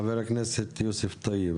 חבר הכנסת יוסף טייב.